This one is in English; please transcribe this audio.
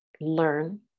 learn